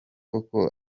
koko